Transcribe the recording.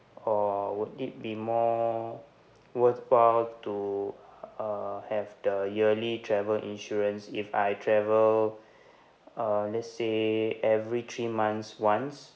or would it be more worthwhile to uh have the yearly travel insurance if I travel uh let's say every three months once